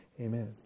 Amen